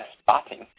spotting